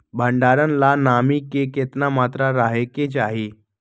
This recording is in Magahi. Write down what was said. भंडारण ला नामी के केतना मात्रा राहेके चाही?